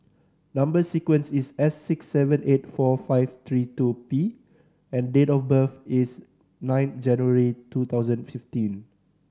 number sequence is S six seven eight four five three two P and date of birth is nine January two thousand fifteen